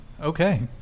okay